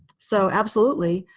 so absolutely,